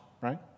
right